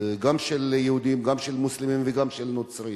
גם של יהודים, גם של מוסלמים וגם של נוצרים.